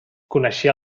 coneixia